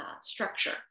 structure